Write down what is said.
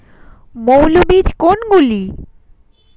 মৌল বীজ কোনগুলি?